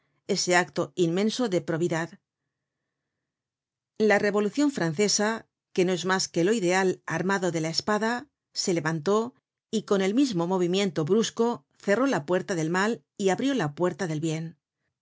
ese acto inmenso de probidad la revolucion francesa que no es mas que lo ideal armado de la espada se levantó y con el mismo movimiento brusco cerró la puerta del mal y abrió la puerta del bien